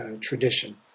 tradition